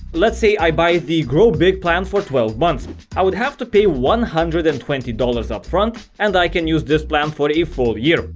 let's say i buy the grow big plan for twelve months i would have to pay one hundred and twenty dollars upfront and i can use this plan for a full year.